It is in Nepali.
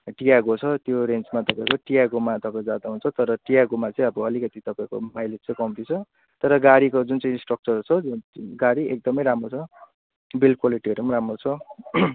टियागो छ त्यो रेन्जमा तपाईँको टियागोमा तपाईँको अब आउँछ तर टियागोमा चाहिँ अब अलिकति तपाईँको माइलेज चाहिँ कम्ती छ तर गाडीको जुन चाहिँ स्ट्रक्चरहरू छ त्यो गाडी एकदमै राम्रो छ बिल क्वालिटीहरू पनि राम्रो छ